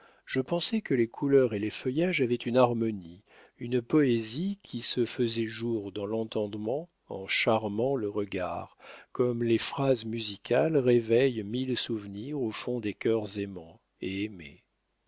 je pensai que les couleurs et les feuillages avaient une harmonie une poésie qui se faisait jour dans l'entendement en charmant le regard comme les phrases musicales réveillent mille souvenirs au fond des cœurs aimants et aimés